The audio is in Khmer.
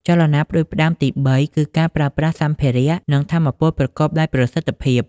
ចលនាផ្តួចផ្តើមទីបីគឺការប្រើប្រាស់សម្ភារៈ និងថាមពលប្រកបដោយប្រសិទ្ធភាព។